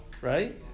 Right